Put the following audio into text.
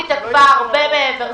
התוכנית התעכבה הרבה מעבר.